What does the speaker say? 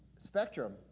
Spectrum